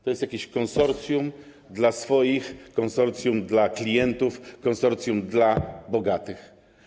To jest jakieś konsorcjum dla swoich, konsorcjum dla klientów, konsorcjum dla bogatych.